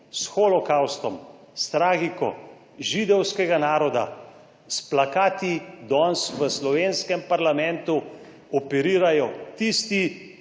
s holokavstom, s tragiko židovskega naroda, s plakati danes v slovenskem parlamentu operirajo tisti,